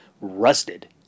RUSTED